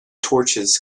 torches